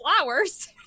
flowers